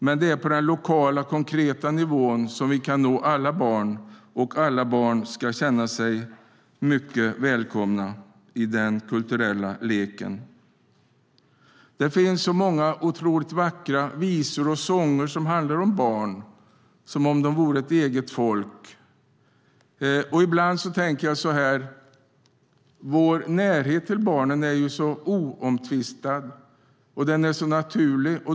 Men det är på den lokala, konkreta nivån som vi kan nå alla barn, och alla barn ska känna sig mycket välkomna i den kulturella leken. Det finns så många otroligt vackra visor och sånger som handlar om barn som om de vore ett eget folk. Ibland tänker jag så här: Vår närhet till barnen är oomtvistad och naturlig.